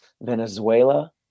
Venezuela